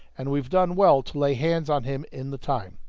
and we've done well to lay hands on him in the time.